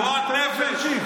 גועל נפש.